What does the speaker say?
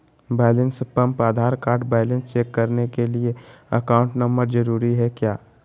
Balance pump Aadhaar card balance check करने के लिए अकाउंट नंबर जरूरी है क्या?